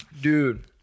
Dude